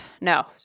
No